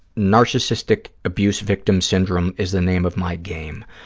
narcissistic abuse victim syndrome is the name of my game.